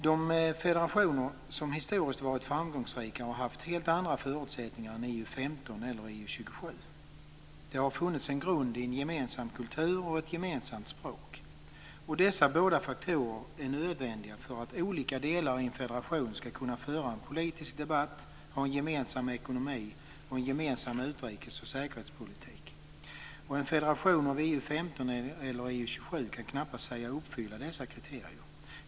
De federationer som historiskt varit framgångsrika har haft helt andra förutsättningar än EU 15 eller EU 27. Det har funnits en grund i en gemensam kultur och ett gemensamt språk. Dessa båda faktorer är nödvändiga för att olika delar i en federation ska kunna föra en politisk debatt, ha en gemensam ekonomi och en gemensam utrikes och säkerhetspolitik. En federation av EU 15 eller EU 27 kan knappast sägas uppfylla dessa kriterier.